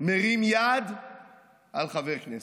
מרים יד על חבר כנסת.